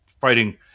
fighting